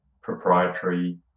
proprietary